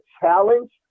challenge